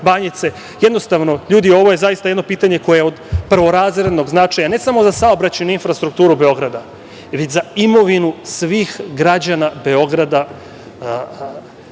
Banjice. Jednostavno, ljudi, ovo je zaista jedno pitanje koje je od prvorazrednog značaja ne samo za saobraćajnu infrastrukturu Beograda, već za imovinu svih građana Beograda,